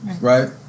Right